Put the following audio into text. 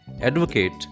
Advocate